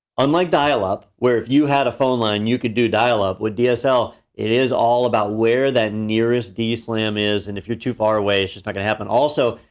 unlike dial up where if you had a phone line, you could dial up. with dsl, it is all about where that nearest dslam is and if you're too far away it's just not gonna happen. also,